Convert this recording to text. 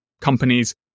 companies